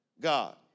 God